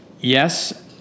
yes